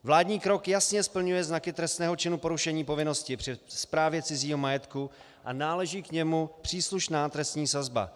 Vládní krok jasně splňuje znaky trestného činu porušení povinnosti při správě cizího majetku a náleží k němu příslušná trestní sazba.